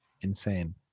insane